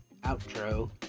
outro